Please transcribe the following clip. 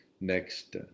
next